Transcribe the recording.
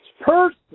person